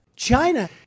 China